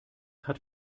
hat